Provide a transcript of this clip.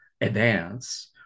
advance